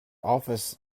office